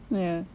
ya